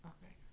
Okay